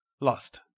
lost